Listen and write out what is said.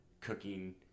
cooking